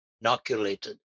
inoculated